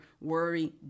worry